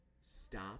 stop